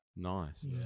Nice